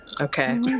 Okay